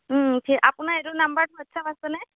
আপোনাৰ এইটো নাম্বাৰত হোৱাটছ এপ আছেনে